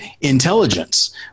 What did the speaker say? intelligence